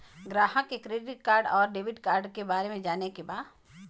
ग्राहक के credit card और डेविड कार्ड के बारे में जाने के बा?